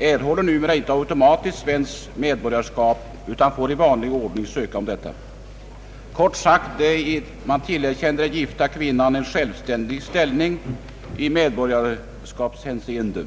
erhåller numera inte automatiskt svenskt medborgarskap, utan får i vanlig ordning söka om detta. Kort sagt, man tillerkänner den gifta kvinnan en självständig ställning i medborgarskapshänseende.